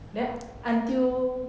then until